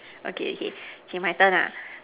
okay okay K my turn lah